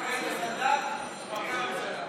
רק היית סנדק, התפרקה הממשלה.